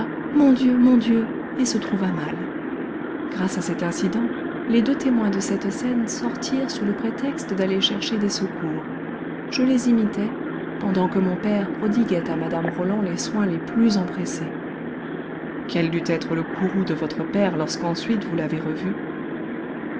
mon dieu mon dieu et se trouva mal grâce à cet incident les deux témoins de cette scène sortirent sous le prétexte d'aller chercher des secours je les imitai pendant que mon père prodiguait à mme roland les soins les plus empressés quel dut être le courroux de votre père lorsque ensuite vous l'avez revu